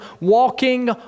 walking